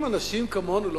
אם אנשים כמונו לא